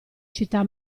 città